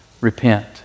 repent